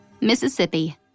Mississippi